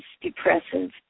depressive